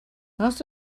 most